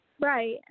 Right